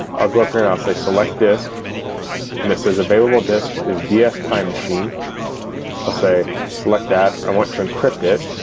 i'll go up here, and i'll say select disk and it says available disks is ds time machine i'll say select that i want to encrypt it.